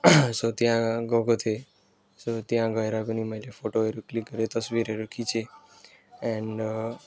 यो त्यहाँ गएको थिएँ जब त्यहाँ गएर पनि मैले फोटोहरू क्लिक गरेँ तस्बिरहरू खिचेँ एन्ड